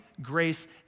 grace